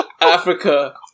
Africa